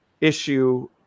issue